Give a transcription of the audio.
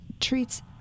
treats